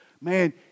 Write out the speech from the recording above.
man